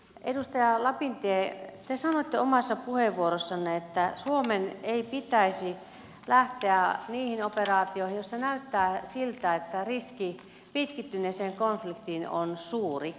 edustaja lapintie te sanoitte omassa puheenvuorossanne että suomen ei pitäisi lähteä niihin operaatioihin joissa näyttää siltä että riski pitkittyneeseen konfliktiin on suuri